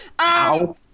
Ow